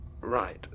Right